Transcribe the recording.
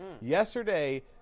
yesterday